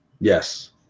Yes